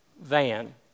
van